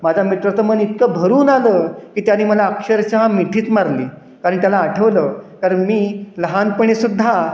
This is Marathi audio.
माझा मित्र तर मन इतकं भरून आलं की त्याने मला अक्षरशः मिठीच मारली कारण त्याला आठवलं कारण मी लहानपणीसुद्धा